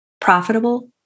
profitable